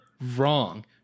wrong